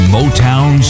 Motown